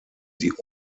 die